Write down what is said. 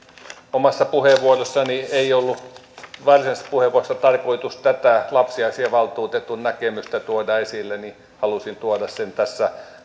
omassa varsinaisessa puheenvuorossani ei ollut tarkoitus tätä lapsiasiavaltuutetun näkemystä tuoda esille halusin tuoda sen tässä